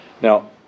Now